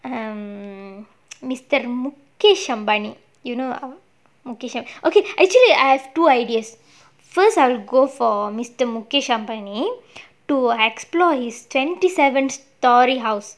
um mister mukesh ambani you know mukesh okay actually I have two ideas first I'll go for mister mukesh ambani to explore his twenty seven storey house